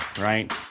Right